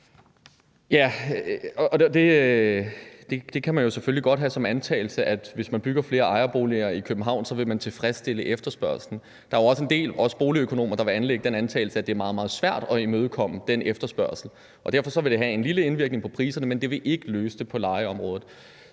(SF): Man kan selvfølgelig godt have som antagelse, at hvis man bygger flere ejerboliger i København, vil man tilfredsstille efterspørgslen. Der er jo også en del, også boligøkonomer, der vil anlægge den antagelse, at det er meget, meget svært at imødekomme den efterspørgsel, og derfor vil det have en lille indvirkning på priserne, men det vil ikke løse det på lejeområdet.